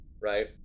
right